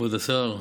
כבוד השר,